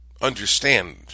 understand